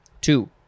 two